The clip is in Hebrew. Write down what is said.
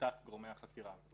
תחת גורמי החקירה.